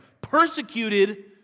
Persecuted